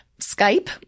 Skype